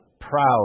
proud